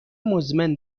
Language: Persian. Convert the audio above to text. مزمن